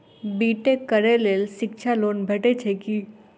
B tech करै लेल शिक्षा लोन भेटय छै की?